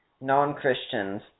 non-Christians